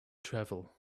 travel